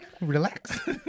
relax